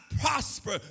prosper